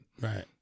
Right